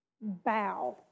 bow